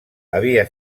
havia